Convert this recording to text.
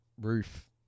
roof